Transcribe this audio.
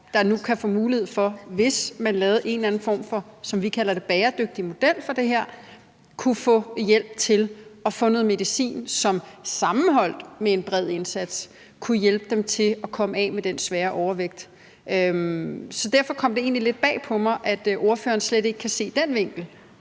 som vi taler om, og som, hvis man lavede en eller anden for form for bæredygtig model, som vi kalder det, sammenholdt med en bred indsats, nu kunne få hjælp til at få noget medicin, som kunne hjælpe dem til at komme af med den svære overvægt. Så derfor kom det egentlig lidt bag på mig, at ordføreren slet ikke kan se den vinkel,